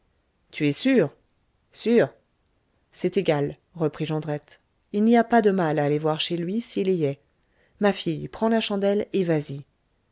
tu es sûre sûre c'est égal reprit jondrette il n'y a pas de mal à aller voir chez lui s'il y est ma fille prends la chandelle et vas-y